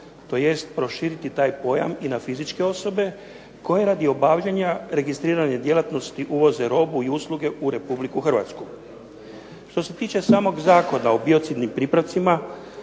tj. proširiti taj pojam i na fizičke osobe, koje radi obavljanja registriranja djelatnosti uvoze robu i usluge u Republiku Hrvatsku. Što se tiče samog Zakona o biocidnim pripravcima,